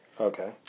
Okay